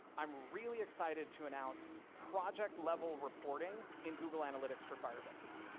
i'm really excited to announce project level reporting in google analytics for firebase.